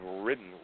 ridden